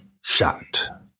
shot